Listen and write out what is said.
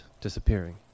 disappearing